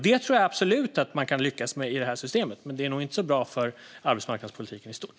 Jag tror absolut att man kan lyckas med det i det här systemet, men det vore nog inte särskilt bra för arbetsmarknadspolitiken i stort.